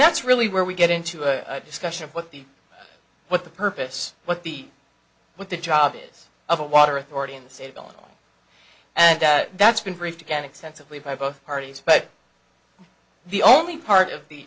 that's really where we get into a discussion of what the what the purpose what the what the job is of a water authority in the state of illinois and that's been briefed again extensively by both parties but the only part of the